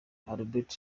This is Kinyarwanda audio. albert